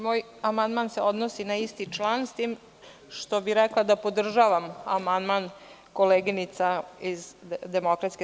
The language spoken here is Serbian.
Moj amandman se odnosi na isti član, s tim što bih rekla da podržavam amandman koleginica iz DSS.